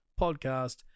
Podcast